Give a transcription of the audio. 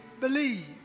believe